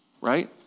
Right